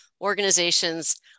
organizations